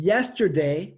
Yesterday